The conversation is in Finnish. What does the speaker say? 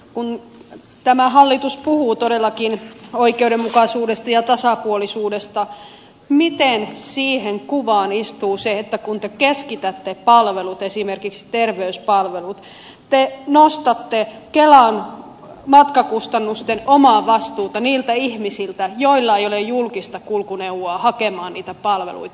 kun tämä hallitus puhuu todellakin oikeudenmukaisuudesta ja tasapuolisuudesta miten siihen kuvaan istuu se että kun te keskitätte palvelut esimerkiksi terveyspalvelut te nostatte kelan matkakustannusten omavastuuta niiltä ihmisiltä joilla ei ole julkista kulkuneuvoa hakemaan niitä palveluita